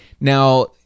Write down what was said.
Now